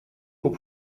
pour